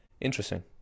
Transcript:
Interesting